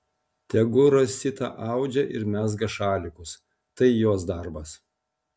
tegu rosita audžia ir mezga šalikus tai jos darbas